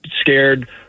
scared